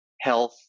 health